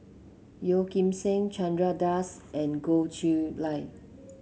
Yeo Kim Seng Chandra Das and Goh Chiew Lye